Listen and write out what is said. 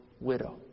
widow